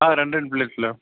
రెండు రెండు ప్లేట్లు